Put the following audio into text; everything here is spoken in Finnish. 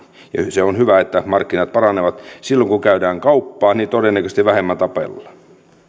se on hyvä että markkinat paranevat silloin kun käydään kauppaa todennäköisesti vähemmän tapellaan